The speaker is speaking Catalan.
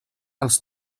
els